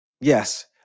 Yes